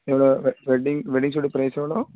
எவ்வளோ wedding wedding shoot price எவ்வளோ